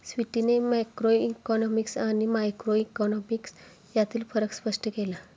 स्वीटीने मॅक्रोइकॉनॉमिक्स आणि मायक्रोइकॉनॉमिक्स यांतील फरक स्पष्ट केला